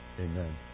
amen